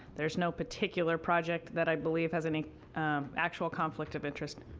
there's no particular project that i believe has any actual conflict of interest.